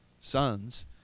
sons